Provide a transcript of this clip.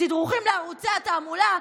תדרוכים לערוצי התעמולה,